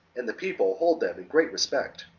and the people hold them in great respect.